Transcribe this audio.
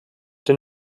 den